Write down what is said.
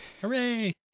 Hooray